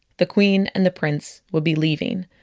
the queen and the prince would be leaving.